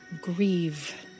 grieve